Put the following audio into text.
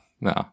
no